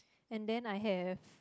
and then I have